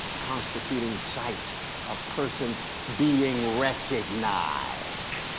constituting sites of persons being recognized.